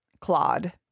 Claude